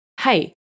hey